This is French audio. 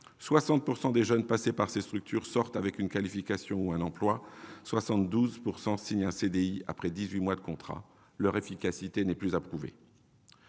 60 % des jeunes passés par ces structures sortent avec une qualification ou un emploi et 72 % signent un CDI après dix-huit mois de contrat. Leur efficacité n'est plus à prouver.